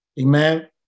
Amen